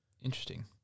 Interesting